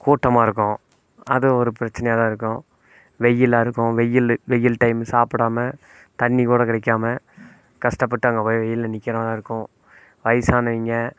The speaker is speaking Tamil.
கூட்டமாக இருக்கும் அதுவும் ஒரு பிரச்சனையாக தான் இருக்கும் வெயிலாக இருக்கும் வெயில் வெயில் டைம்மு சாப்பிடாம தண்ணிக்கூட கிடைக்காம கஷ்டப்பட்டு அங்கே போய் வெயிலில் நிக்கிற மாதிரி இருக்கும் வயிசானவங்க